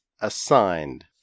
assigned